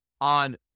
on